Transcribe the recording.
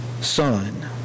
son